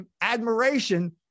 admiration